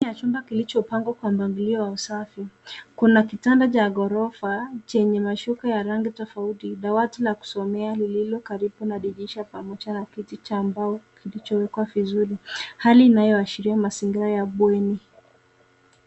Ndani ya chumba kilichopangwa kwa mpangilio wa usafi. Kuna kitanda cha ghorofa chenye mashuka ya rangi tofauti, dawati la kusomea lililo karibu na dirisha pamoja na kiti cha mbao kilichowekwa vizuri hali inayoashiria mazingira ya bweni.